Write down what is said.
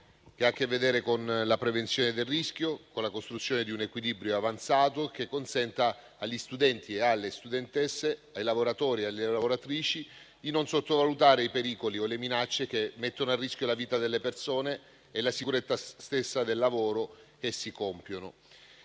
che ha a che vedere con la prevenzione del rischio e con la costruzione di un equilibrio avanzato, che consenta agli studenti e alle studentesse, ai lavoratori e alle lavoratrici di non sottovalutare i pericoli o le minacce che mettono a rischio la vita delle persone e la sicurezza stessa del lavoro che svolgono.